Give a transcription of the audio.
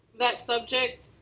that subject,